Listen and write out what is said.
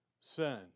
sin